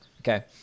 okay